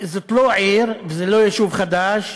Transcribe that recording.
זאת לא עיר וזה לא יישוב חדש.